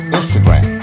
Instagram